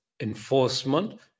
enforcement